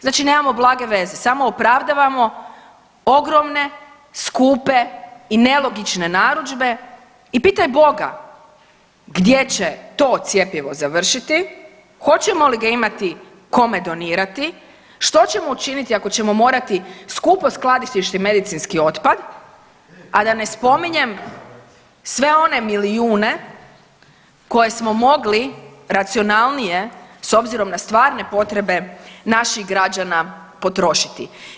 Znači nemamo blage veze, samo opravdavamo ogromne, skupe i nelogične narudžbe i pitaj Boga gdje će to cjepivo završiti, hoćemo li ga imati kome donirati, što ćemo učiniti ako ćemo morati skupo skladištiti medicinski otpad, a da ne spominjem sve one milijune koje smo mogli racionalnije s obzirom na stvarne potrebe naših građana potrošiti.